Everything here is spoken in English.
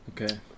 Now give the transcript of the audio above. Okay